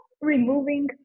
removing